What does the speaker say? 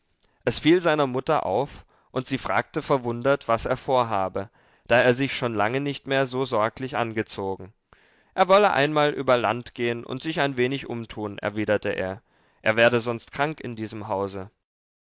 es fiel seiner mutter auf und sie fragte verwundert was er vorhabe da er sich schon lange nicht mehr so sorglich angezogen er wolle einmal über land gehen und sich ein wenig umtun erwiderte er er werde sonst krank in diesem hause